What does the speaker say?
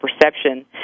perception